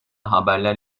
haberler